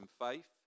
faith